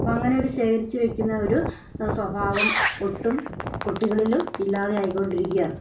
അപ്പം അങ്ങനെയൊരു ശേഖരിച്ചു വെക്കുന്ന ഒരു സ്വഭാവം ഒട്ടും കുട്ടികളിലും ഇല്ലാതെ ആയിക്കൊണ്ടിരിക്കുകയാണ്